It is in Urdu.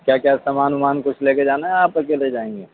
کیا کیا سامان ومان کچھ لے کے جانا ہے آپ اکیلے جائیں گے